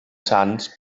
sants